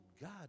God